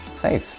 save,